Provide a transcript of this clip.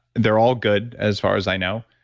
they're all good, as far as i know,